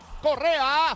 Correa